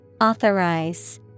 Authorize